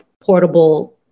portable